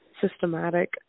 systematic